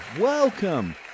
welcome